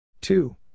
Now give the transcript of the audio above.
Two